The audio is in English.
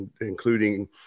including